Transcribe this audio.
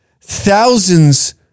thousands